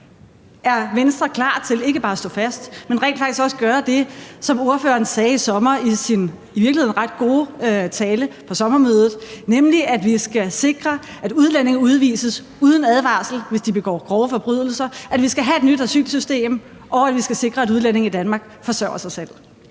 Er Venstre klar til ikke bare at stå fast, men rent faktisk også at gøre det, som ordføreren sagde i sommer i sin i virkeligheden ret gode tale ved sommermødet, nemlig at vi skal sikre, at udlændinge udvises uden advarsel, hvis de begår grove forbrydelser, at vi skal have et nyt asylsystem, og at vi skal sikre, at udlændinge i Danmark forsørger sig selv?